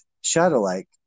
shadow-like